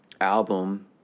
album